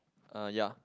uh ya